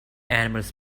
animals